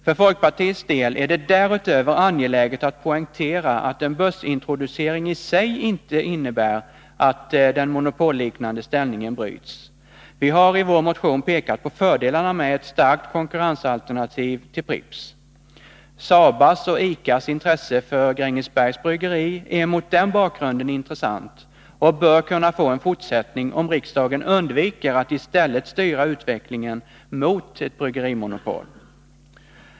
För folkpartiets del är det därutöver angeläget att poängtera att en börsintroducering i sig inte innebär att den monopolliknande ställningen bryts. Vi har i vår motion pekat på fördelarna med ett starkt konkurrensalternativ till Pripps. Sabas och ICA:s intresse för Grängesbergs Bryggeri är mot den bakgrunden intressant och bör kunna få en fortsättning, om riksdagen undviker att i stället styra utvecklingen mot ett bryggerimonopol.